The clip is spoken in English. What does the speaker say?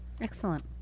Excellent